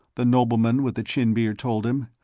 the nobleman with the chin-beard told him.